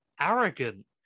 arrogant